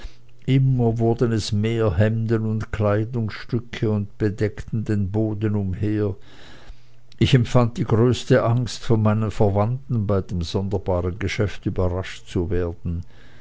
immer wurden es mehr hemden und kleidungsstücke und bedeckten den boden umher ich empfand die größte angst von meinen verwandten bei dem sonderbaren geschäft überrascht zu werden